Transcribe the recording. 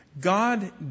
God